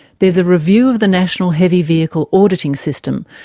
there's a review of the national heavy vehicle auditing system,